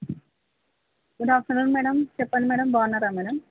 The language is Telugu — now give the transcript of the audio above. గుడ్ ఆఫ్టర్నూన్ మేడం చెప్పండి మేడం బాగున్నారా మేడం